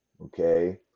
okay